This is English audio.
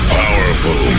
powerful